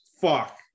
fuck